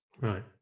right